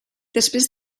després